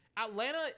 Atlanta